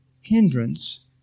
hindrance